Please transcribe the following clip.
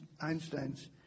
Einstein's